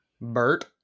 Bert